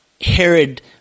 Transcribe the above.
Herod